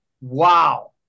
wow